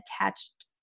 attached